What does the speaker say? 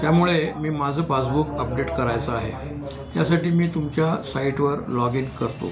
त्यामुळे मी माझं पासबुक अपडेट करायचं आहे यासाठी मी तुमच्या साईटवर लॉग इन करतो